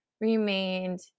remained